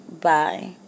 Bye